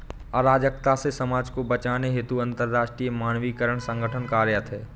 अराजकता से समाज को बचाने हेतु अंतरराष्ट्रीय मानकीकरण संगठन कार्यरत है